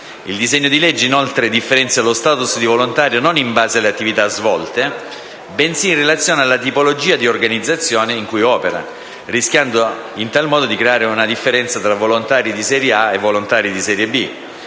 Il disegno di legge, inoltre, differenzia lo *status* di volontario non in base alle attività svolte, bensì in relazione alla tipologia di organizzazione in cui opera, rischiando in tal modo di creare una differenza tra volontari di serie A e volontari di serie B.